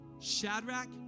Shadrach